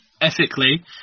ethically